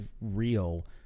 real